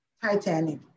Titanic